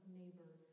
neighbor